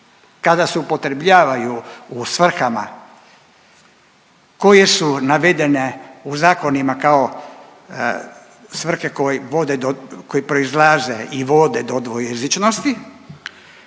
kada se upotrebljavaju u svrhama koje su navedene u zakonima kao svrhe koje proizlaze i vode do dvojezičnosti